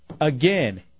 again